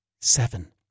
Seven